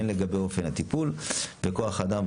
הן לגבי אופן הטיפול בכוח אדם,